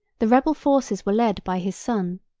the rebel forces were led by his son.